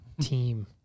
team